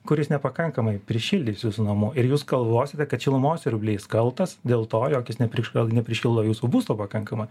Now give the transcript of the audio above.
kuris nepakankamai prišildys jūsų namų ir jūs galvosite kad šilumos siurblys kaltas dėl to jog jis nepriš nepripildo jūsų būsto pakankamai